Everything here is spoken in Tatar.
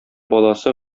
баласы